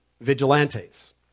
vigilantes